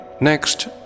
Next